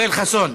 יואל חסון,